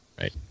right